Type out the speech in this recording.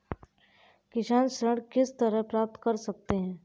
किसान ऋण किस तरह प्राप्त कर सकते हैं?